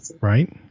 Right